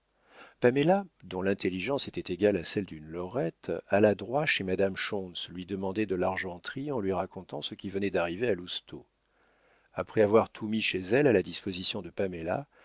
paméla dont l'intelligence était égale à celle d'une lorette alla droit chez madame schontz lui demander de l'argenterie en lui racontant ce qui venait d'arriver à lousteau après avoir tout mis chez elle à la disposition de paméla